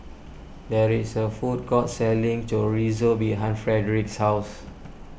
there is a food court selling Chorizo behind Frederic's house